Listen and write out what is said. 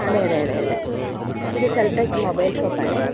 അതെ അതെ അതെ അതെ ഇത് സെൽടെക് മൊബൈൽ ഷോപ്പ് ആണ്